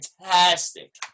fantastic